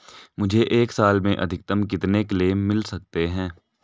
मुझे एक साल में अधिकतम कितने क्लेम मिल सकते हैं?